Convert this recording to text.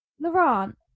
Laurent